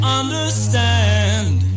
understand